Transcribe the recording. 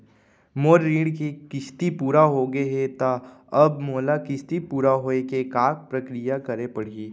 मोर ऋण के किस्ती पूरा होगे हे ता अब मोला किस्ती पूरा होए के का प्रक्रिया करे पड़ही?